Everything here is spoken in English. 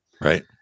Right